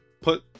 put